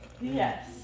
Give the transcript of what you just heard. Yes